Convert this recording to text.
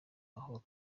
aho